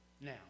Now